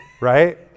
Right